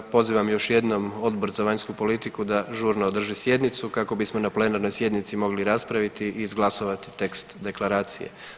Pozivam još jednom Odbor za vanjsku politiku da žurno održi sjednicu kako bismo na plenarnoj sjednici mogli raspraviti i izglasovati tekst deklaracije.